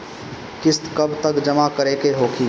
किस्त कब तक जमा करें के होखी?